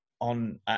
on